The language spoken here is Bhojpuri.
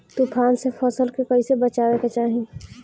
तुफान से फसल के कइसे बचावे के चाहीं?